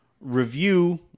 review